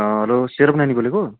hello सेरभ नानी बोलेको